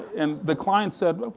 and the client said,